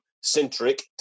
centric